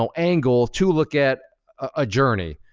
so angle to look at a journey?